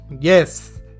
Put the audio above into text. Yes